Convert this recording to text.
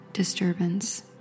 disturbance